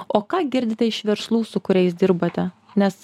o ką girdite iš verslų su kuriais dirbate nes